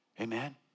Amen